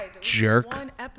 jerk